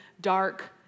dark